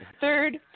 Third